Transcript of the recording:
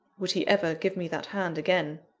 would he ever give me that hand again?